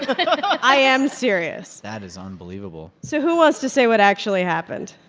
i am serious that is unbelievable so who wants to say what actually happened?